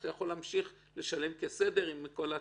אתה יכול להמשיך לשלם כסדר עם כל התנאים.